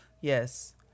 Yes